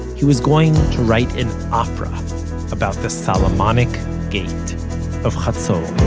he was going to write an opera about the solomonic gate of hazor